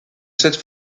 cette